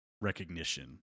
recognition